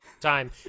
time